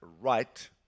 right